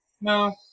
No